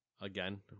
Again